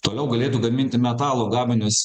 toliau galėtų gaminti metalo gaminius